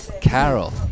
Carol